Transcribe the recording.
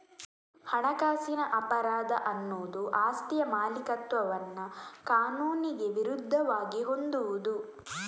ಹಣಕಾಸಿನ ಅಪರಾಧ ಅನ್ನುದು ಆಸ್ತಿಯ ಮಾಲೀಕತ್ವವನ್ನ ಕಾನೂನಿಗೆ ವಿರುದ್ಧವಾಗಿ ಹೊಂದುವುದು